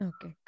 Okay